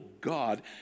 God